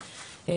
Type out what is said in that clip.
אישי.